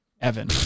Evan